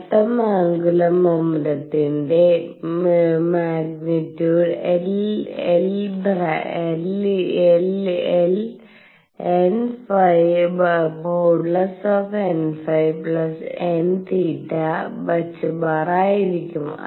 മൊത്തം ആന്ഗുലർ മോമെന്റത്തിന്റെ മഗ്നിറ്റുടെ L |nϕ|nθ ℏ ആയിരിക്കും